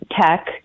tech